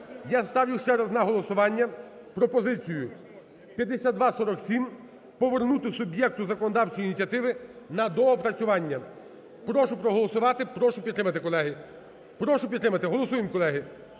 я ставлю ще раз на голосування пропозицію 5247 повернути суб'єкту законодавчої ініціативи на доопрацювання. Прошу проголосувати, прошу підтримати, колеги. Прошу підтримати, голосуємо колеги!